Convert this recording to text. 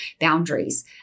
boundaries